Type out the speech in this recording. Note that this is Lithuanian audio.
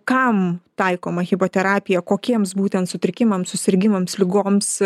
kam taikoma hipoterapija kokiems būtent sutrikimams susirgimams ligoms